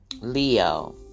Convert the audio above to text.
Leo